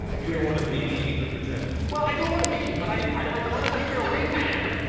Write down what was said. you don't want to to maybe even pretended. well, i don't want to be you, but i like wanna be your wingman.